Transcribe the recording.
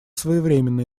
своевременно